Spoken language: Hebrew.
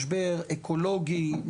משבר אקולוגי,